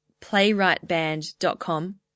playwrightband.com